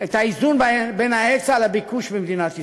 את האיזון בין ההיצע לביקוש במדינת ישראל,